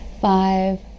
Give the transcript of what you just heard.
five